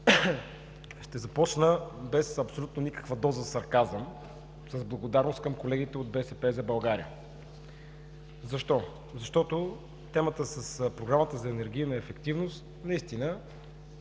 Ще започна без абсолютно никаква доза сарказъм – с благодарност към колегите от „БСП за България“. Защо? Защото темата с Програмата за енергийна ефективност наистина